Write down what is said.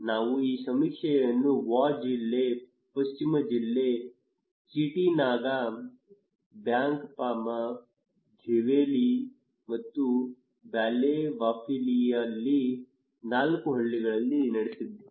ನಾವು ಈ ಸಮೀಕ್ಷೆಯನ್ನು ವಾ ಜಿಲ್ಲೆ ಪಶ್ಚಿಮ ಜಿಲ್ಲೆ ಚೀಟನಾಗಾ ಬ್ಯಾಂಕ್ಪಾಮಾ ಝೊವೇಲಿ ಮತ್ತು ಬಾಲೆವಾಫಿಲಿಯಲ್ಲಿ ನಾಲ್ಕು ಹಳ್ಳಿಗಳಲ್ಲಿ ನಡೆಸಿದ್ದೇವೆ